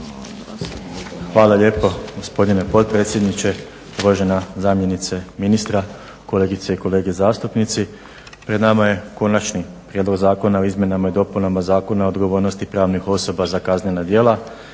Hvala lijepo gospodine potpredsjedniče, uvažena zamjenice ministra, kolegice i kolege zastupnici. Pred nama je Konačni prijedlog Zakona o izmjenama i dopunama Zakona o odgovornosti pravnih osoba za kaznena djela.